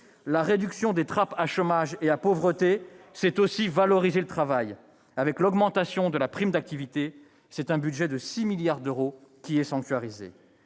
! Réduire les trappes à chômage et à pauvreté, c'est aussi valoriser le travail. Avec l'augmentation de la prime d'activité, c'est un budget de 6 milliards d'euros qui est sanctuarisé.